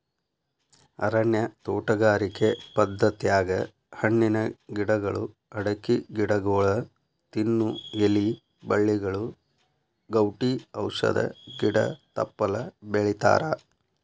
ಅರಣ್ಯ ತೋಟಗಾರಿಕೆ ಪದ್ಧತ್ಯಾಗ ಹಣ್ಣಿನ ಗಿಡಗಳು, ಅಡಕಿ ಗಿಡಗೊಳ, ತಿನ್ನು ಎಲಿ ಬಳ್ಳಿಗಳು, ಗೌಟಿ ಔಷಧ ಗಿಡ ತಪ್ಪಲ ಬೆಳಿತಾರಾ